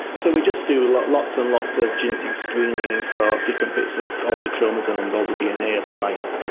so we just do lots lots and lots of genetic screening for different bits of all the chromosomes, all the dna of the mice,